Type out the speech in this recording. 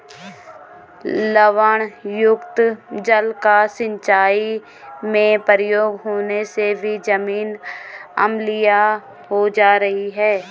लवणयुक्त जल का सिंचाई में प्रयोग होने से भी जमीन अम्लीय हो जा रही है